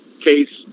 case